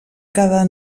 cada